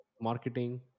marketing